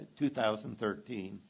2013